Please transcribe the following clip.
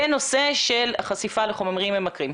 בנושא של החשיפה לחומרים ממכרים.